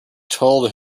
told